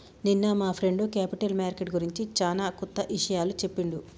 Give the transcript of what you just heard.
నిన్న మా friend capital market గురించి చానా కొత్త ఇషయాలు చెప్పిండు